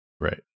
right